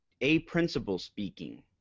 a-principal-speaking